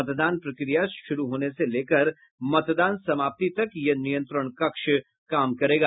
मतदान प्रक्रिया शुरू होने से लेकर मतदान समाप्ति तक यह नियंत्रण कक्ष काम करेगा